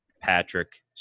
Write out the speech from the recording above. Patrick